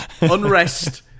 Unrest